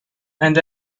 and